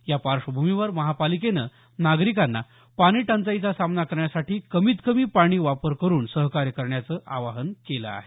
यापार्श्वभूमीवर महापालिकेनं नागरिकांना पाणी टंचाईचा सामना करण्यासाठी कमीत कमी पाणी वापर करून सहकार्य करण्याचं आवाहन केलं आहे